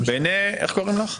בעיני, איך קוראים לך?